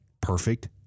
perfect